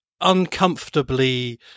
uncomfortably